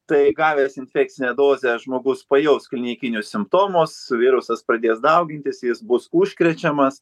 tai gavęs infekcinę dozę žmogus pajaus klinikinius simptomus virusas pradės daugintis jis bus užkrečiamas